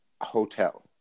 hotel